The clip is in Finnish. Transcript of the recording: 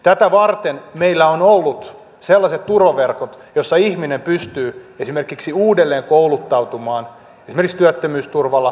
tätä varten meillä on ollut sellaiset turvaverkot joissa ihminen pystyy esimerkiksi uudelleen kouluttautumaan esimerkiksi työttömyysturvalla